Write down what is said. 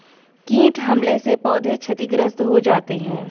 कीट हमले से पौधे क्षतिग्रस्त हो जाते है